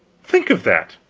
think of that!